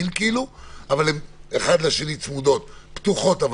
אם זה אפשרי, שיאפשרו לפתוח גם